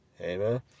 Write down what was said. Amen